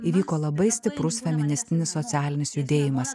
įvyko labai stiprus feministinis socialinis judėjimas